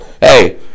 Hey